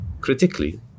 critically